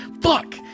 fuck